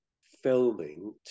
filming